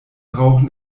rauchen